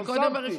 הייתי ברשימה.